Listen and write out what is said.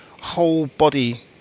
whole-body